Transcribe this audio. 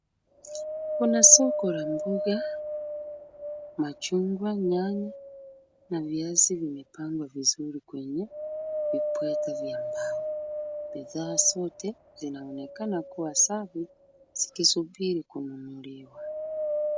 Kuna soko la mboga, machungwa ,nyanya na viazi vimepangwa vizuri kwenye vibweta vya mbao. Bidhaa zote zinaonekana kuwa safi zikisubiri kununuliwa.